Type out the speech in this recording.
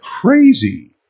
crazy